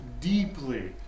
deeply